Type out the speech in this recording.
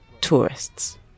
tourists